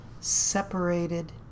separated